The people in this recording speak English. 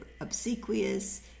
obsequious